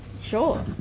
sure